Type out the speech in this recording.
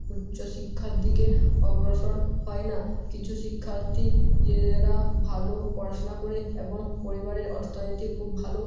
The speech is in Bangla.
উচ্চশিক্ষার দিকে অগ্রসর হয় না কিছু শিক্ষার্থী ভালো পড়াশুনা করে এবং পরিবারের অর্থনীতি খুব ভালো